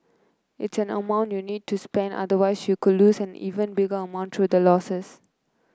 it's an amount you need to spend otherwise you could lose an even bigger amount through the losses